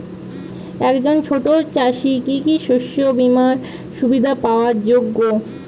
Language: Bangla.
একজন ছোট চাষি কি কি শস্য বিমার সুবিধা পাওয়ার যোগ্য?